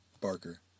Barker